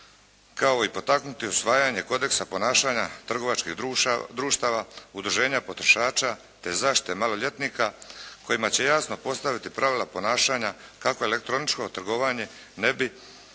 kao i potaknuti usvajanje kodeksa ponašanja trgovačkih društava, udruženja potrošača te zaštite maloljetnika kojima će jasno postaviti pravila ponašanja kako elektroničko trgovanje ne bi,